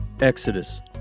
Exodus